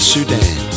Sudan